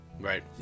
right